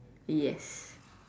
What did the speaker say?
yes